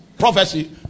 Prophecy